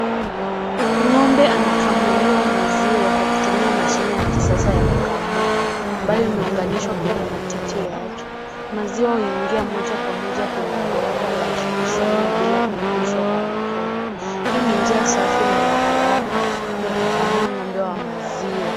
Ng'ombe anakamuliwa maziwa kwa kutumia mashine ya kisasa ya kukamua ambayo imeunganishwa kwenye matiti yake. Maziwa huingia moja kwa moja kwenye bomba yakikusanywa bila kuguswa kwa mikono. Hii ni njia safi na ya haraka ya kukamua ng'ombe wa maziwa.